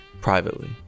privately